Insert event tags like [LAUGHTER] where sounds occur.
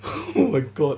[LAUGHS] oh my god